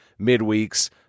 midweeks